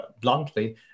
bluntly